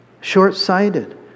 short-sighted